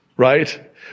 right